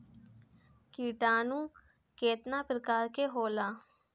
किटानु केतना प्रकार के होला?